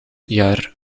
jaar